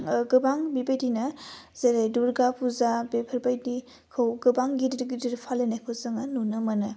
गोबां बेबायदिनो जेरै दुरगा फुजा बेफोरबायदिखौ गोबां गिदिर गिदिर फालिनायखौ जोङो नुनो मोनो